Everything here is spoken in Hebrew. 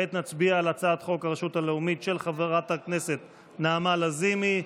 כעת נצביע על הצעת חוק הרשות הלאומית של חברת הכנסת נעמה לזימי.